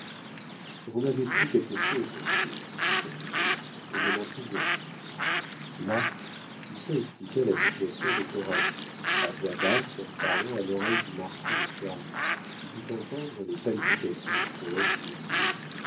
vous m'avez pris quelque chose monsieur dit camusot je m'en souviens là lucien expliqua la situation de coralie à voix basse et en parlant à l'oreille du marchand de soieries qui put entendre les palpitations du poète humilié